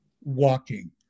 walking